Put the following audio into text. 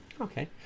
Okay